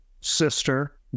sister